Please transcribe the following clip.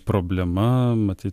problema matyt